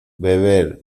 beber